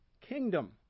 kingdom